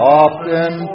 often